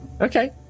Okay